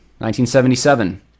1977